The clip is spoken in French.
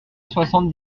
soixante